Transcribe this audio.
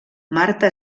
marta